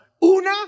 una